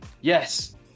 Yes